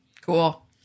cool